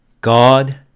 God